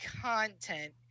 content